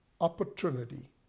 opportunity